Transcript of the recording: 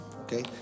Okay